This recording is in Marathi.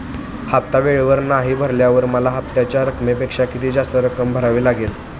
हफ्ता वेळेवर नाही भरल्यावर मला हप्त्याच्या रकमेपेक्षा किती जास्त रक्कम भरावी लागेल?